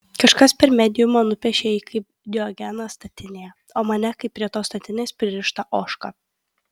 kažkas per mediumą nupiešė jį kaip diogeną statinėje o mane kaip prie tos statinės pririštą ožką